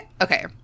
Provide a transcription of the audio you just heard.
okay